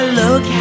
look